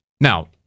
Now